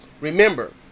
remember